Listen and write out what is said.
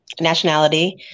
nationality